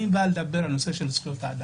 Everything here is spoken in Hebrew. אני בא לדבר על הנושא של זכויות אדם.